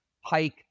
hike